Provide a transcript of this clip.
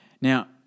Now